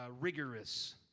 rigorous